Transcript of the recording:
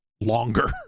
longer